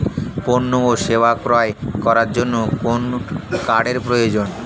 পণ্য ও সেবা ক্রয় করার জন্য কোন কার্ডের প্রয়োজন?